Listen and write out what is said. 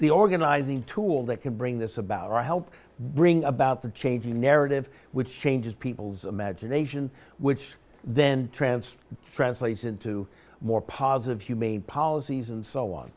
the organizing tool that can bring this about help bring about the change the narrative which changes people's imagination which then transfer from place into more positive humane policies and so on